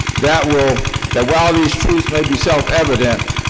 that will that while these truths may be self-evident,